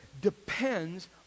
depends